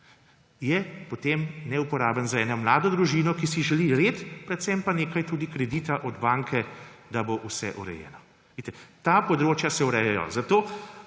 je potem neuporaben za eno mladi družino, ki si želi red, predvsem pa nekaj tudi kredita od banke, da bo vse urejeno. Ta področja se urejajo.